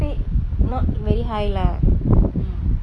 paid not very high lah